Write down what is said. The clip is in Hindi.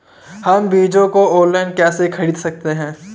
हम बीजों को ऑनलाइन कैसे खरीद सकते हैं?